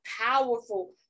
powerful